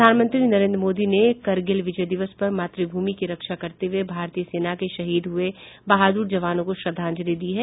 प्रधानमंत्री नरेन्द्र मोदी ने करगिल विजय दिवस पर मातृभूमि की रक्षा करते हुए भारतीय सेना के शहीद हुए बहाद्र जवानों को श्रद्धांजलि दी है